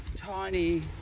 tiny